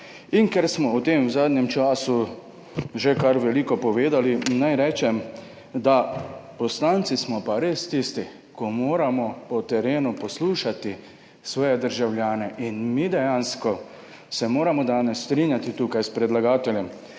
in ker smo o tem v zadnjem času že kar veliko povedali, naj rečem, da smo poslanci pa res tisti, ki moramo po terenu poslušati svoje državljane. In mi dejansko se moramo danes strinjati tukaj s predlagateljem,